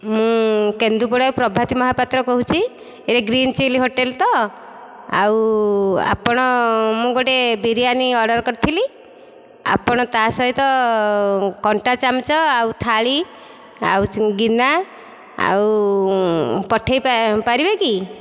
ମୁଁ କେନ୍ଦୁପଡା ପ୍ରଭାତୀ ମହାପାତ୍ର କହୁଛି ଏଇଟା ଗ୍ରୀନଚିଲ୍ଲୀ ହୋଟେଲ ତ ଆଉ ଆପଣ ମୁଁ ଗୋଟିଏ ବିରିୟାନୀ ଅର୍ଡର କରିଥିଲି ଆପଣ ତା ସହିତ କଣ୍ଟା ଚାମଚ ଆଉ ଥାଳି ଆଉ ଗିନା ଆଉ ପଠେଇପାରିବେ କି